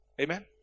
Amen